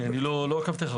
בדוח שלך.